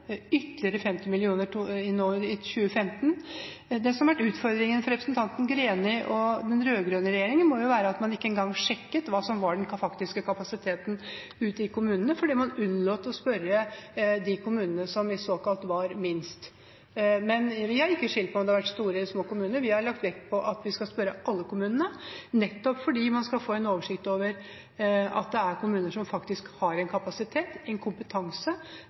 ytterligere 50 mill. kr i 2015. Det som har vært utfordringen for representanten Greni og den rød-grønne regjeringen, må jo være at man ikke engang sjekket hva som var den faktiske kapasiteten ute i kommunene, fordi man unnlot å spørre de kommunene som såkalt var minst. Men vi har ikke skilt på om det har vært store eller små kommuner, vi har lagt vekt på at vi skal spørre alle kommunene, nettopp fordi man skal få en oversikt over kommuner som faktisk har kapasitet, kompetanse